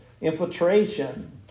infiltration